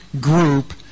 group